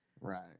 Right